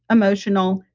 emotional,